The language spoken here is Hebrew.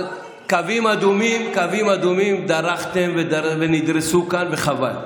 קווים אדומים, דרכתם עליהם, ונדרסו כאן, וחבל.